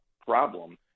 problem